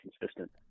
consistent